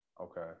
Okay